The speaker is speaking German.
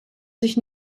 sich